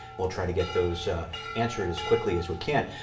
we'll try to get those answered as quickly as we can.